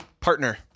partner